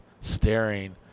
staring